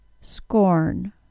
scorn